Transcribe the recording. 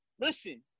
listen